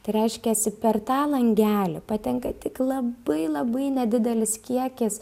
tai reiškiasi per tą langelį patenka tik labai labai nedidelis kiekis